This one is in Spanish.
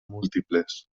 múltiples